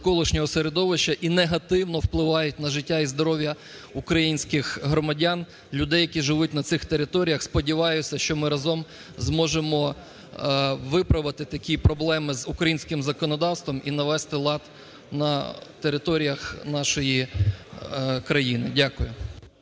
навколишнього середовища, які негативно впливають на життя і здоров'я української громадян, людей, які живуть на цих територіях. Сподіваюся, що ми разом зможемо виправити такі проблеми з українським законодавством і навести лад на територіях нашої країни. Дякую.